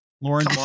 lauren